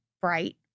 bright